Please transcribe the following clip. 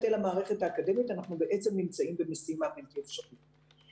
אל המערכת האקדמית אנחנו בעצם נמצאים במשימה בלתי אפשרית.